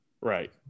Right